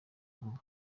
vuba